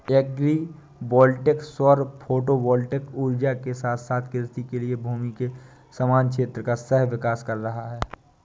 agri voltaic सौर photovoltaic ऊर्जा के साथ साथ कृषि के लिए भूमि के समान क्षेत्र का सह विकास कर रहा है